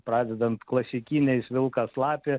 pradedant klasikiniais vilkas lapė